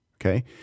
Okay